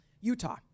Utah